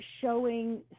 showing